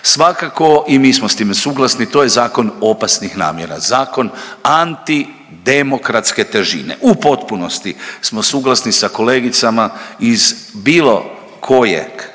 Svakako i mi smo s time suglasni, to je zakon opasnih namjera, zakon antidemokratske težine. U potpunosti smo suglasni sa kolegicama iz bilo kojeg